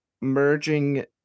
merging